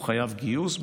הוא חייב גיוס.